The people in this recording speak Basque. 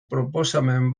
proposamen